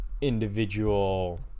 individual